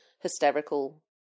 hysterical